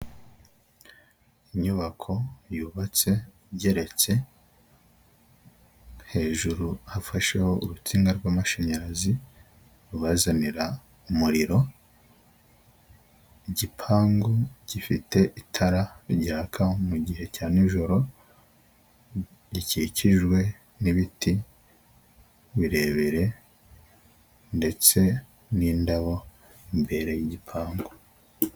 Inyubako yubatse igereretse, hejuru hafasheho urutsinga rw'amashanyarazi rubazanira umuriro, igipangu gifite itara ryaka mu gihe cya n'ijoro, gikikijwe n'ibiti birebire ndetse n'indabo imbere y'igipangu.